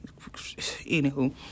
Anywho